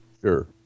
Sure